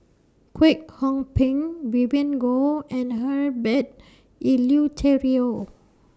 Kwek Hong Png Vivien Goh and Herbert Eleuterio